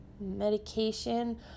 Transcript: medication